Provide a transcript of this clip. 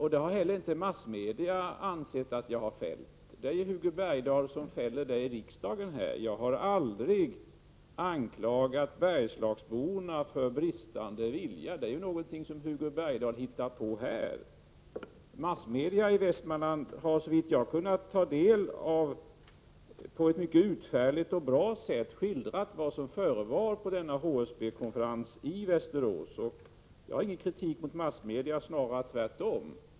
Inte heller massmedia anser att jag har fällt ett sådant yttrande. Det är Hugo Bergdahl som fäller detta yttrande i riksdagen. Jag har aldrig anklagat Bergslagsborna för bristande vilja. Det är något som Hugo Bergdahl hittat på. Massmedia i Västmanland har, såvitt jag förstår, på ett mycket utförligt och bra sätt skildrat vad som sades på denna HSB-konferens i Västerås. Jag kritiserar inte massmedia, snarare tvärtom.